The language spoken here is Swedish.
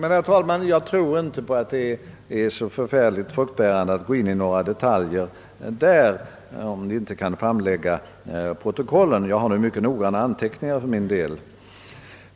Jag tror emellertid inte, herr talman, att det är så särskilt fruktbärande att gå in på några detaljer i detta avseende, om vi inte kan hänvisa till protokollet. Själv har jag fört mycket noggranna anteckningar.